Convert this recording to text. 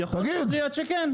יכול להיות שכן.